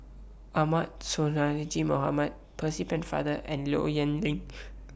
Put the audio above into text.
Ahmad Sonhadji Mohamad Percy Pennefather and Low Yen Ling